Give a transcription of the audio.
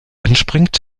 entspringt